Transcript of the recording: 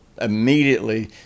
immediately